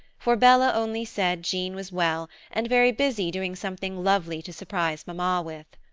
for bella only said jean was well, and very busy doing something lovely to surprise mamma with.